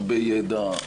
הרבה ידע,